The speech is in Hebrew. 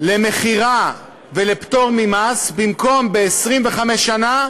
למכירה ולפטור ממס, במקום ל-25 שנה,